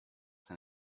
than